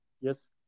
Yes